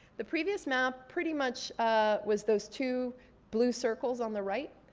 the previous map pretty much was those two blue circles on the right.